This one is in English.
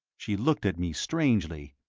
she looked at me strangely,